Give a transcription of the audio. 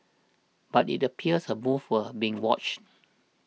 but it appears her moves were being watched